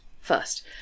first